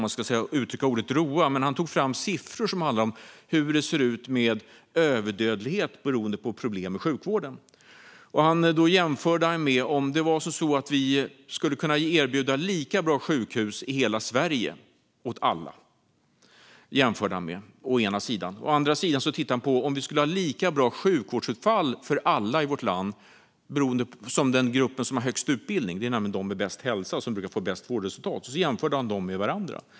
Han tog fram siffror som handlar om hur överdödligheten beroende på problem i sjukvården ser ut. Han tittade å ena sidan på om vi skulle kunna erbjuda lika bra sjukhus i hela Sverige åt alla. Å andra sidan tittade han på om vi skulle ha lika bra sjukvårdsutfall för alla i vårt land som för den grupp som har högst utbildning. Det är nämligen de som har bäst hälsa och som brukar få bäst vårdresultat. Sedan jämförde han dem med varandra.